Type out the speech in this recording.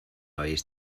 habéis